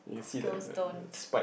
go stoned